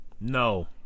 No